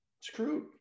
screwed